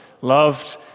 loved